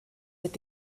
mit